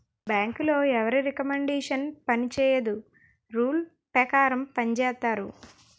బ్యాంకులో ఎవరి రికమండేషన్ పనిచేయదు రూల్ పేకారం పంజేత్తాయి